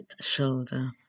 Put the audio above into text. shoulder